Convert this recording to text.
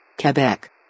Quebec